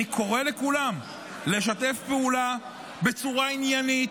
אני קורא לכולם לשתף פעולה בצורה עניינית,